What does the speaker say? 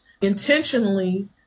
intentionally